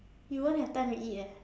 you won't have time to eat eh